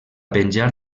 penjar